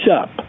up